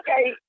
okay